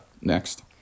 next